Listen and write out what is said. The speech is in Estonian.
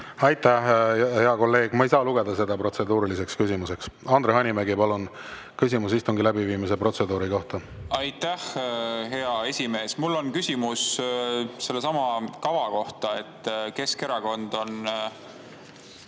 Aitäh, hea kolleeg! Ma ei saa lugeda seda protseduuriliseks küsimuseks. Andre Hanimägi, palun, küsimus istungi läbiviimise protseduuri kohta! Aitäh, hea esimees! Mul on küsimus sellesama kava kohta. Keskerakond soovib